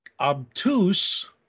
obtuse